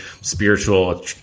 spiritual